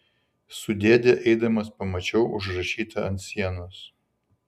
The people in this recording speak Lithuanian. su dėde eidamas pamačiau užrašytą ant sienos